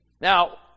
Now